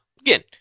again